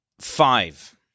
five